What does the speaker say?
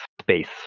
space